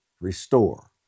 restore